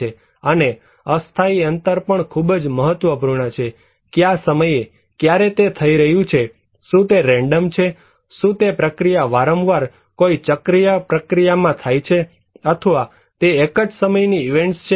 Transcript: અને અસ્થાયી અંતર પણ ખૂબ જ મહત્વપૂર્ણ છે કયા સમયે ક્યારે તે થઈ રહ્યું છે શું તે રેન્ડમ છે શું તે પ્રક્રિયા વારંવાર કોઈ ચક્રીય પ્રક્રિયામાં થાય છે અથવા તે એક જ સમયની ઇવેન્ટ્સ છે